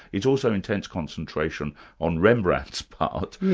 it's also intense concentration on rembrandt's part.